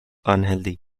unhealthy